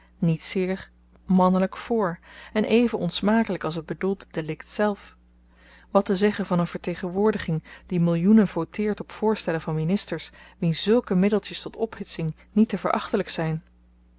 mannelykheid nietzeer mannelyk voor en even onsmakelyk als t bedoeld delikt zelf wat te zeggen van n vertegenwoordiging die millioenen voteert op voorstellen van ministers wien zùlke middeltjes tot ophitsing niet te verachtelyk zyn